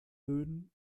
böden